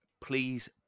please